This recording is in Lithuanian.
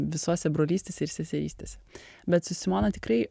visose brolystėse ir seserystėse bet su simona tikrai